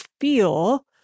feel